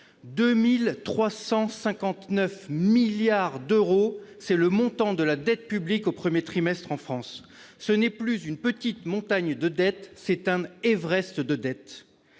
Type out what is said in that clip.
2 359 milliards d'euros, voilà le montant de la dette publique française au premier trimestre ! Ce n'est plus une petite montagne de dettes, c'est un Everest de dettes